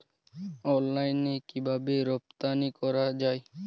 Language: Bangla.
অনলাইনে কিভাবে রপ্তানি করা যায়?